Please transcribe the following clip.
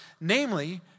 namely